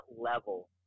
level